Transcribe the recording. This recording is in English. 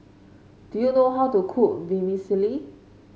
do you know how to cook Vermicelli